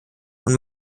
und